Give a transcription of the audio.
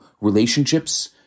relationships